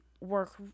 work